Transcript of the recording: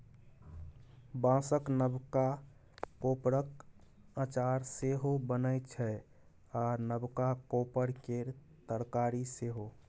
बाँसक नबका कोपरक अचार सेहो बनै छै आ नबका कोपर केर तरकारी सेहो